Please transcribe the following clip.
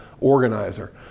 organizer